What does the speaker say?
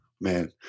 man